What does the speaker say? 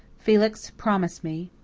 felix, promise me.